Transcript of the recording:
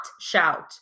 shout